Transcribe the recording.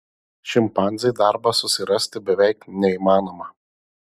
šimpanzei darbą susirasti beveik neįmanoma